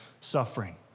suffering